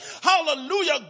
Hallelujah